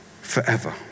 forever